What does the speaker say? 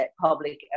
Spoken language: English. public